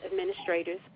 Administrators